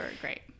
great